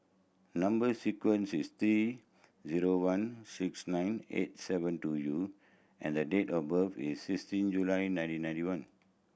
number sequence is T zero one six nine eight seven two U and the date of birth is sixteen July nineteen ninety one